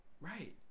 Right